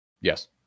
Yes